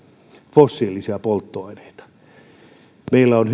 fossiilisia polttoaineita meillä on